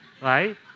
right